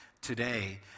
today